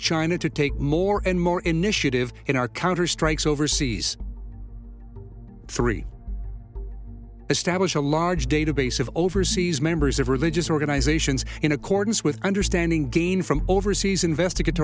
china to take more and more initiative in our counterstrikes overseas three establish a large database of overseas members of religious organizations in accordance with understanding gained from overseas